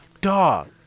Dog